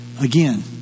again